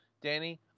Danny